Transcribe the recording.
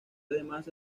además